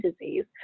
disease